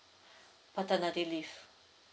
paternity leave